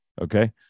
Okay